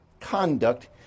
conduct